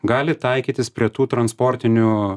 gali taikytis prie tų transportinių